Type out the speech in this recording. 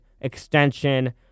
extension